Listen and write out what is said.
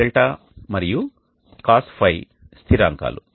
cos δ మరియు cos φ స్థిరాంకాలు